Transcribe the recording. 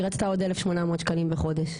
והיא רצתה עוד 1,800 שקלים בחודש,